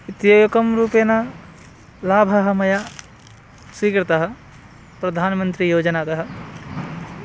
इत्येकं रूपेण लाभः मया स्वीकृतः प्रधानमन्त्रियोजनातः